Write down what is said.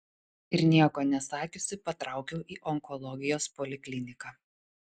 ir nieko nesakiusi patraukiau į onkologijos polikliniką